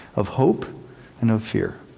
of hope and of fear.